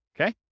okay